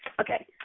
Okay